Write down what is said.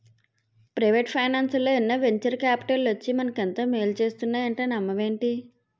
Private ఫైనాన్సల్లో ఎన్నో venture కాపిటల్లు వచ్చి మనకు ఎంతో మేలు చేస్తున్నాయంటే నమ్మవేంటి?